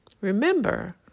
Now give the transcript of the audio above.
Remember